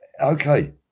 okay